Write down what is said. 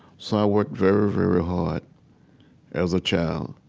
so i worked very, very hard as a child.